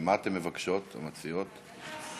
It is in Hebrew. מה אתן מבקשות, המציעות?